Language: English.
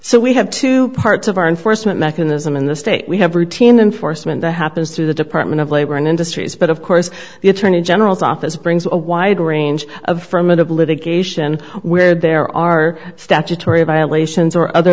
so we have two parts of our enforcement mechanism in the state we have routine enforcement that happens through the department of labor and industries but of course the attorney general's office brings a wide range of ferment of litigation where there are statutory by a way sions or other